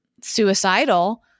suicidal